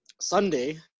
Sunday